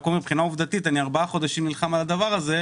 עובדתית ארבעה חודשים אני נלחם על זה,